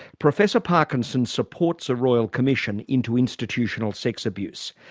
professor parkinson supports a royal commission into institutional sex abuse.